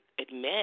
admit